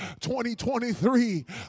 2023